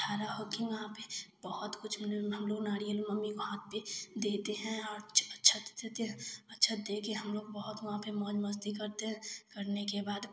खड़ा हो के वहाँ पर बहुत कुछ हम लोग नारियल मम्मी को हाथ पर देते हैं और अक्षत देते हैं अक्षत दे के हम लोग बहुत वहाँ पर मौज मस्ती करते हैं करने के बाद